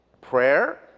Prayer